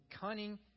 cunning